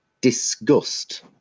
disgust